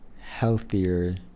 healthier